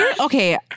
Okay